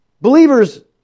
believers